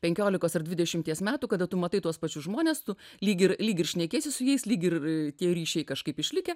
penkiolikos ar dvidešimties metų kada tu matai tuos pačius žmones tu lyg ir lyg ir šnekiesi su jais lyg ir tie ryšiai kažkaip išlikę